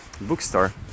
bookstore